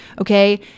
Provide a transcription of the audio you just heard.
Okay